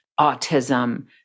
autism